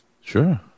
Sure